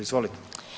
Izvolite.